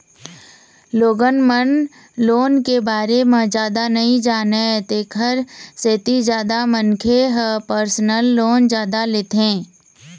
लोगन मन लोन के बारे म जादा नइ जानय तेखर सेती जादा मनखे ह परसनल लोन जादा लेथे